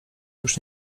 już